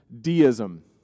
deism